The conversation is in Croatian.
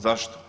Zašto?